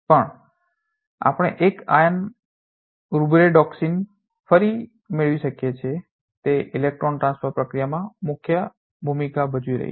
પણ આપણે એક આયર્ન રુબ્રેડોક્સિન ફરી મેળવી શકીએ છીએ તે ઇલેક્ટ્રોન ટ્રાન્સફર પ્રક્રિયાઓમાં મુખ્ય ભૂમિકા ભજવી રહી છે